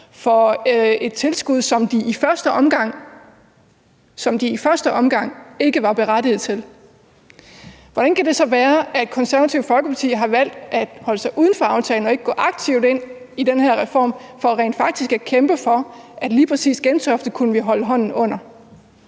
for et tilskud, som de i første omgang – i første omgang – ikke var berettiget til, hvordan kan det så være, at Konservative Folkeparti har valgt at holde sig uden for aftalen og ikke gå aktivt ind i den her reform for rent faktisk at kæmpe for, at vi kunne holde hånden under